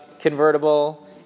convertible